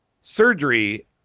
surgery